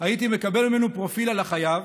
הייתי מקבל ממנו פרופיל של החייב.